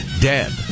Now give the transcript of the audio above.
dead